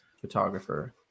photographer